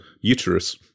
uterus